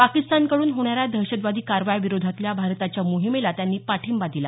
पाकिस्तानकडून होणाऱ्या दहशतवादी कारवाया विरोधातल्या भारताच्या मोहिमेला त्यांनी पाठिंबा दिला